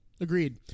Agreed